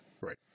Right